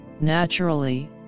naturally